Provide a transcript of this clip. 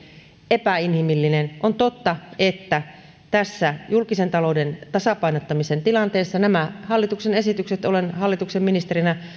epäinhimillinen on totta että tässä julkisen talouden tasapainottamisen tilanteessa nämä hallituksen esitykset olen hallituksen ministerinä